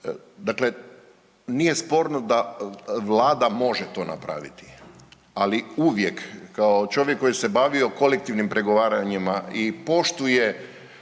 dakle nije sporno da Vlada može to napraviti, ali uvijek kao čovjek koji se bavio kolektivnim pregovaranjima i poštuje